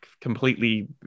Completely